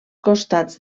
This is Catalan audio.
costats